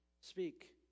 Speak